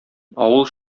авыл